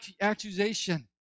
accusation